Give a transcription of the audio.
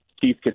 Keith